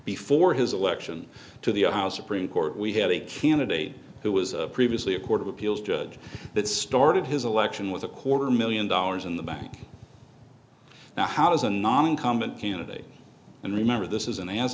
before his election to the house supreme court we have a candidate who was previously a court of appeals judge that started his election with a quarter million dollars in the bank now how does a non incumbent candidate and remember this is